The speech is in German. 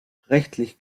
rechtlich